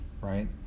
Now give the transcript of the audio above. right